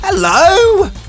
Hello